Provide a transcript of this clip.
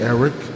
Eric